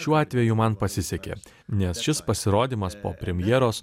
šiuo atveju man pasisekė nes šis pasirodymas po premjeros